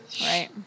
Right